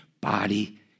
body